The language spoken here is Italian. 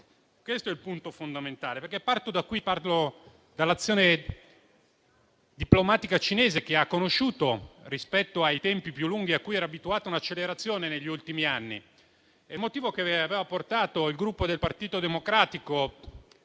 Questo è il punto fondamentale. Parto da qui, dall'azione diplomatica cinese, che ha conosciuto, rispetto ai tempi più lunghi a cui era abituata, un'accelerazione negli ultimi anni. Il motivo che aveva portato il Gruppo del Partito Democratico